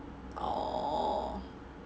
oh